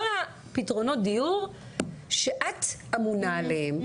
כל פתרונות הדיור שאת אמונה עליהם.